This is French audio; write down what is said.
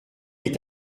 est